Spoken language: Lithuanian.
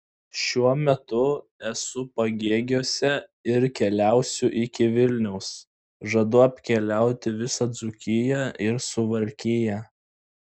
šiuo metu esu pagėgiuose ir keliausiu iki vilniaus žadu apkeliauti visą dzūkiją ir suvalkiją